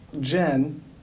Jen